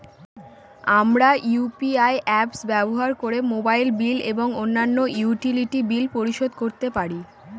আমরা UPI apps ব্যবহার করে মোবাইল বিল এবং অন্যান্য ইউটিলিটি বিল পরিশোধ করতে পারি